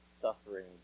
suffering